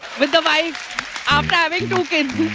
with a vibe after having two kids.